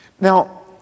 Now